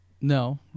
No